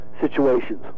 situations